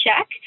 check